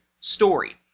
story